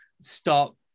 stop